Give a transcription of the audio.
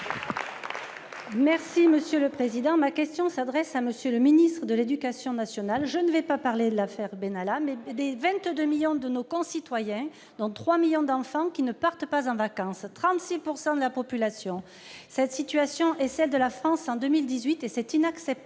socialiste et républicain. Ma question s'adresse à M. le ministre de l'éducation nationale. Je ne vais pas parler de l'affaire Benalla, mais des 22 millions de nos concitoyens, dont 3 millions d'enfants, qui ne partent pas en vacances, soit 36 % de la population. Cette situation est celle de la France en 2018, et c'est inacceptable.